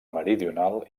meridional